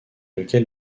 lequel